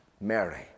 Mary